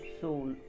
soul